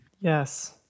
Yes